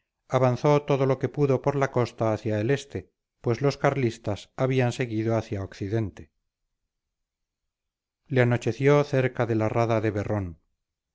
avanzó todo lo que pudo por la costa hacia el este pues los carlistas habían seguido hacia occidente le anocheció cerca de la rada de berrón